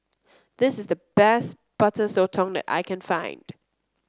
this is the best Butter Sotong that I can find